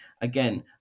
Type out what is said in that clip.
again